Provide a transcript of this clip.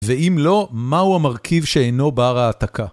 ואם לא, מהו המרכיב שאינו בר העתקה?